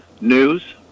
news